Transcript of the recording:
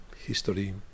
history